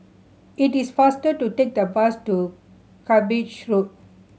it is faster to take the bus to Cuppage Road